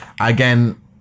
again